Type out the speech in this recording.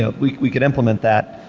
ah we we can implement that.